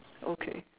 okay